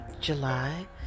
July